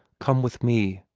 come with me,